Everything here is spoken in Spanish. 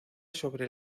sobre